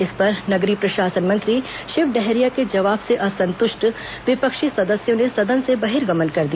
इस पर नगरीय प्रशासन मंत्री शिव डहरिया के जवाब से असंतृष्ट विपक्षी सदस्यों ने सदन से बहिर्गमन कर दिया